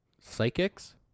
Psychics